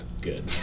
good